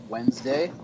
Wednesday